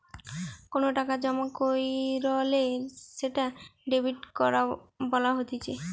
কোনো টাকা জমা কইরলে সেটা ডেবিট করা বলা হতিছে